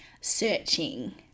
searching